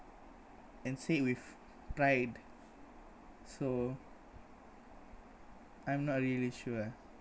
and say it with pride so I'm not really sure ah